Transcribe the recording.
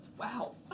Wow